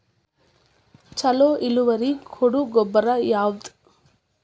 ಛಲೋ ಇಳುವರಿ ಕೊಡೊ ಗೊಬ್ಬರ ಯಾವ್ದ್?